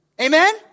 Amen